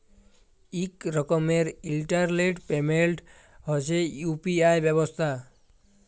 ইক রকমের internet payment হছে ইউ.পি.আই ব্যবস্থা